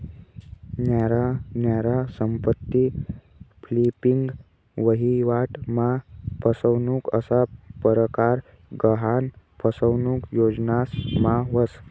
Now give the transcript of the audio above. न्यारा न्यारा संपत्ती फ्लिपिंग, वहिवाट मा फसनुक असा परकार गहान फसनुक योजनास मा व्हस